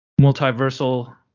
multiversal